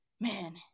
man